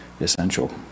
essential